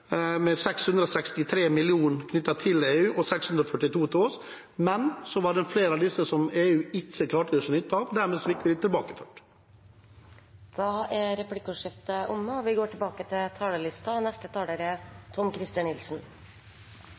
med 663 mill. kr knyttet til EU og 642 mill. kr til oss. Men det var flere av disse som EU ikke klarte å gjøre seg nytte av, og dermed fikk vi det tilbakeført. Replikkordskiftet er omme.